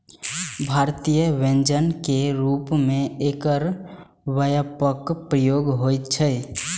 भारतीय व्यंजन के रूप मे एकर व्यापक प्रयोग होइ छै